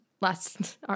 last